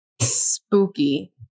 Spooky